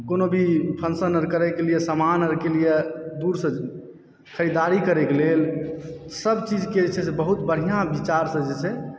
कोनो भी फंक्शन और करैके लिए सामान औरके लिए दूरसऽ खरीदारी करैके लेल सब चीजके जे छै से बहुत बढ़िया विचारसऽ जे छै